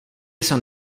son